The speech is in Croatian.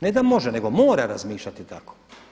Ne da može nego mora razmišljati tako.